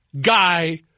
guy